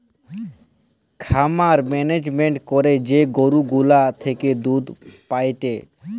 খামার মেনেজমেন্ট করে যে গরু গুলা থেকে দুধ পায়েটে